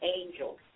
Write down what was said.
angels